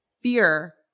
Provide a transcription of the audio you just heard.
fear